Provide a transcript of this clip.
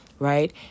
right